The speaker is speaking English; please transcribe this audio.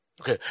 Okay